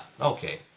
Okay